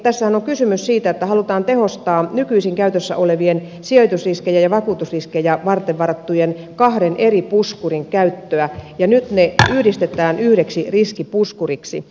tässähän on kysymys siitä että halutaan tehostaa nykyisin käytössä olevien sijoitusriskejä ja vakuutusriskejä varten varattujen kahden eri puskurin käyttöä ja nyt ne yhdistetään yhdeksi riskipuskuriksi